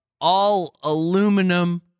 all-aluminum